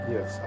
Yes